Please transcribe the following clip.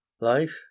life